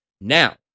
Now